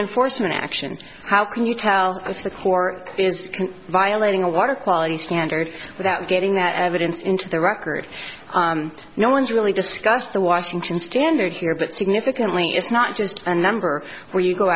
enforcement action how can you tell us the core violating a water quality standard without getting that evidence into the record no one's really discussed the washington standard here but significantly it's not just a number where you go